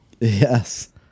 Yes